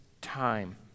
time